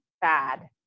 bad